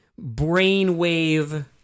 brainwave